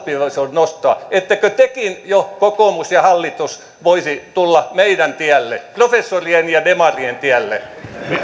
oppivelvollisuusiän nostoa ettekö tekin jo kokoomus ja hallitus voisi tulla meidän tiellemme professorien ja demarien tielle